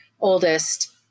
oldest